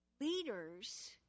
Leaders